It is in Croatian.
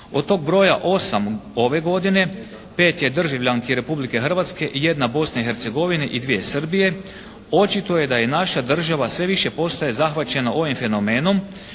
od tog broja 8 ove godine, 5 je državljanki Republike Hrvatske, jedna Bosne i Hercegovine i dvije Srbije, očito je da i naša država sve više postaje zahvaćena ovim fenomenom